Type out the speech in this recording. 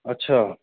अच्छा